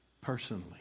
personally